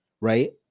Right